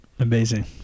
Amazing